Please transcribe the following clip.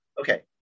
Okay